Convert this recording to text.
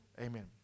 Amen